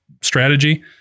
strategy